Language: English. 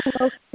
Okay